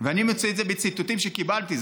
ואני מוצא את זה בציטוטים שקיבלתי,